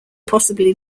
possibly